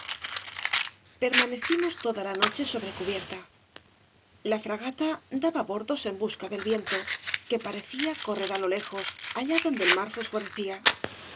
ermanecimos toda la noche sobre cubierta la fragata daba bordos en busca del viento que parecía correr á lo lejos allá donde el mar